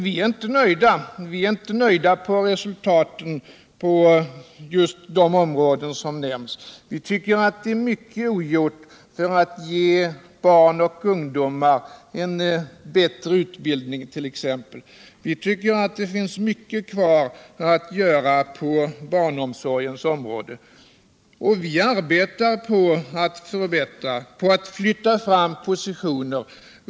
Vi är inte nöjda med resultaten på just de områden som nämnts. Vi tycker att mycket är ogjort, t.ex. när det gäller att ge barn och ungdom en bättre utbildning. Mycket finns kvar att göra på barnomsorgens område. Vi arbetar på att förbättra och på att flytta fram positionerna.